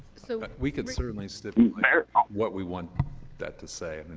so but we could certainly stipulate what we want that to say.